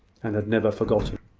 and had never forgotten.